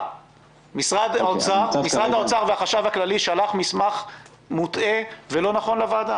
משרד האוצר והחשב הכללי שלח מסמך מוטעה ולא נכון לוועדה.